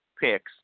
picks